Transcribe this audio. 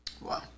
Wow